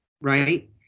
right